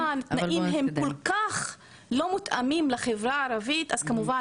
אבל אם הם כל כך לא מותאמים לחברה הערבית אז כמובן